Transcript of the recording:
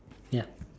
ya